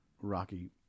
rocky